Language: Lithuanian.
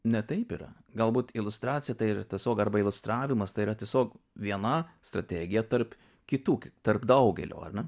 ne taip yra galbūt iliustracija tai yra tiesiog arba iliustravimas tai yra tiesiog viena strategija tarp kitų tarp daugelio ar ne